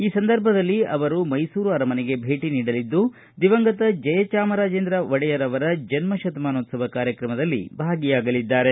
ಈ ಸಂದರ್ಭದಲ್ಲಿ ಅವರು ಮೈಸೂರು ಅರಮನೆಗೆ ಭೇಟ ನೀಡಲಿದ್ದು ದಿವಂಗತ ಜಯಚಾಮರಾಜೇಂದ್ರ ಒಡೆಯರ ಅವರ ಜನ್ನ ಶತಮಾನೋತ್ವವ ಕಾರ್ಯಕ್ರಮದಲ್ಲಿ ಭಾಗಿಯಾಗಲಿದ್ದಾರೆ